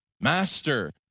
Master